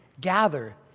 gather